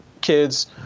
kids